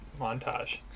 montage